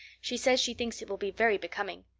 she says she thinks it will be very becoming.